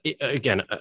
again